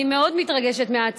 50 בעד, אין מתנגדים, אין נמנעים.